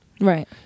Right